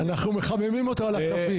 אל תדאג, אנחנו מחממים אותו על הקווים.